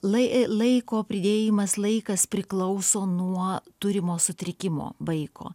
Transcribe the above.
lai e laiko pridėjimas laikas priklauso nuo turimo sutrikimo vaiko